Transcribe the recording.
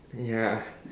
ya